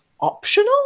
optional